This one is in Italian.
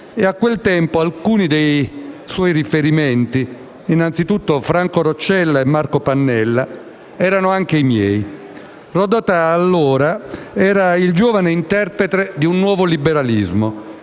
a quel tempo alcuni dei suoi riferimenti - penso anzitutto a Franco Roccella e Marco Pannella - erano anche i miei. Rodotà era allora il giovane interprete di un nuovo liberalismo,